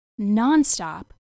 nonstop